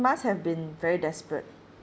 must have been very desperate